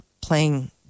playing